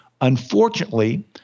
Unfortunately